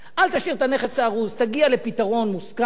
אל תשאיר את הנכס ההרוס, תגיע לפתרון מוסכם,